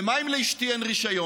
ומה אם לאשתי אין רישיון?